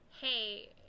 Hey